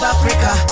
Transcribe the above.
Africa